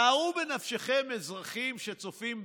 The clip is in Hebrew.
שערו בנפשכם, אזרחים שצופים בנו,